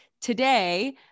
today